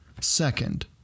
Second